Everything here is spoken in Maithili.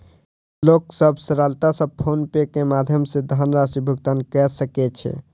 लोक सभ सरलता सॅ फ़ोन पे के माध्यम सॅ धनराशि भुगतान कय सकै छै